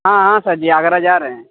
हाँ हाँ सर जी आगरा जा रहे हैं